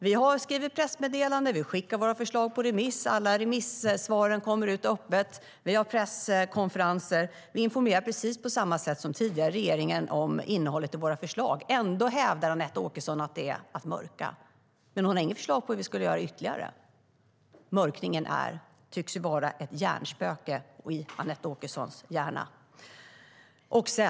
Vi har skrivit pressmeddelanden, vi skickar våra förslag på remiss, alla remissvar kommer ut öppet, vi har presskonferenser och vi informerar precis på samma sätt som den tidigare regeringen om innehållet i våra förslag. Ändå hävdar Anette Åkesson att det är att mörka. Men hon har inget förslag på vad vi ytterligare ska göra. Mörkningen tycks vara ett spöke i Anette Åkessons hjärna.